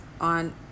on